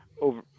over